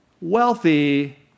wealthy